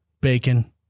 bacon